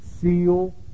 seal